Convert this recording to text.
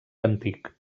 antic